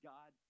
God